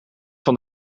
van